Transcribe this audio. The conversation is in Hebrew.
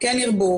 כמה קיבלתם?